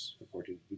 according